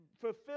fulfill